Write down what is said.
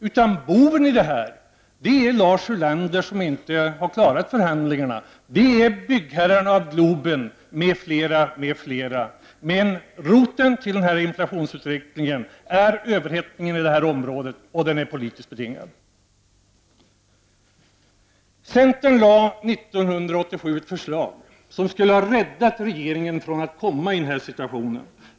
Bovarna är i stället Lars Ulander som inte har klarat för handlingarna, byggherrarna bakom Globen m.fl. Roten till inflationsutvecklingen är överhettningen i dessa områden, och den är politisk betingad. Centerpartiet lade 1987 fram ett förslag som skulle ha räddat regeringen från att komma i denna situation.